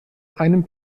einem